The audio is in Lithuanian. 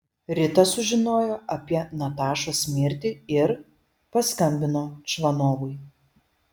rita sužinojo apie natašos mirtį ir paskambino čvanovui